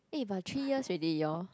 eh but three years already you all